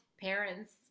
parents